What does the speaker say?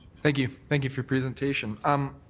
thank you thank you for your presentation. um